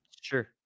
sure